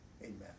Amen